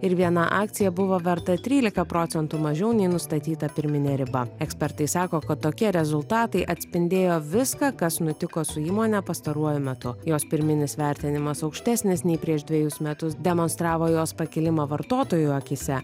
ir viena akcija buvo verta trylika procentų mažiau nei nustatyta pirminė riba ekspertai sako kad tokie rezultatai atspindėjo viską kas nutiko su įmone pastaruoju metu jos pirminis vertinimas aukštesnis nei prieš dvejus metus demonstravo jos pakilimą vartotojų akyse